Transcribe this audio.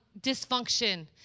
dysfunction